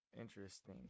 Interesting